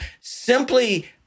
simply